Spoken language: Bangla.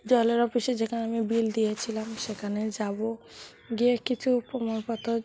জলের অফিসে যেখানে আমি বিল দিয়েছিলাম সেখানে যাব গিয়ে কিছু প্রমাণপত্র